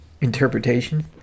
interpretation